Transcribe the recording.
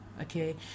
Okay